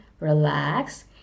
Relax